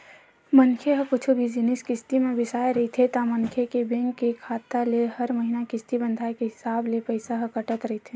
मनखे ह कुछु भी जिनिस किस्ती म बिसाय रहिथे ता मनखे के बेंक के खाता ले हर महिना किस्ती बंधाय के हिसाब ले पइसा ह कटत रहिथे